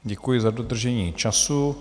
Děkuji za dodržení času.